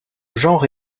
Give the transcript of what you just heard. genre